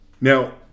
Now